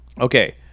okay